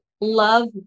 love